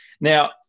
Now